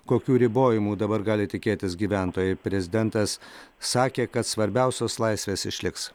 kokių ribojimų dabar gali tikėtis gyventojai prezidentas sakė kad svarbiausios laisvės išliks